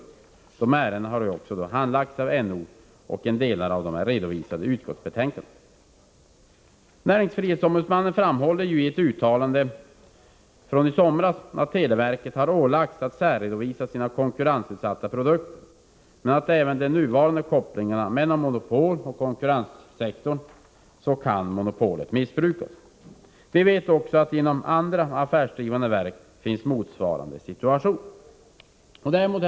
Dessa ärenden har handlagts av NO, och en del av dem har redovisats i utskottsbetänkandet. Näringsfrihetsombudsmannen framhåller i ett uttalande från i somras att televerket har ålagts att särredovisa sina konkurrensutsatta produkter men att även med de nuvarande kopplingarna mellan monopoloch konkurrenssektor kan monopolet missbrukas. Vi vet också att det inom andra affärsdrivande verk finns motsvarande situation. Herr talman!